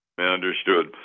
Understood